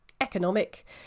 economic